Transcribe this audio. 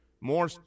more